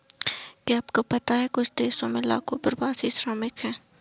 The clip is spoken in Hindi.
क्या आपको पता है कुछ देशों में लाखों प्रवासी श्रमिक हैं?